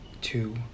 two